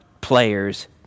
players